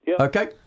Okay